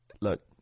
look